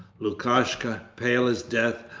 lukashka, pale as death,